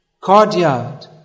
courtyard